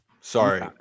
Sorry